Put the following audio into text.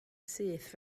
syth